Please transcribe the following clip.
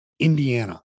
Indiana